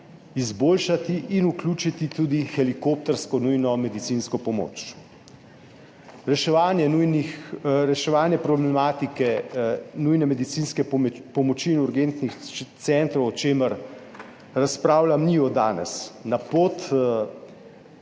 izboljšati in vključiti tudi helikoptersko nujno medicinsko pomoč. Reševanje problematike nujne medicinske pomoči in urgentnih centrov, o čemer razpravljam, ni od danes. Na pot